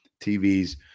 TVs